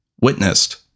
witnessed